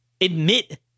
admit